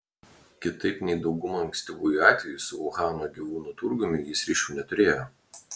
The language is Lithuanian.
kitaip nei dauguma ankstyvųjų atvejų su uhano gyvūnų turgumi jis ryšių neturėjo